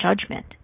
judgment